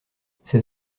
ces